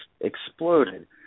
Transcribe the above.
exploded